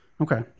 Okay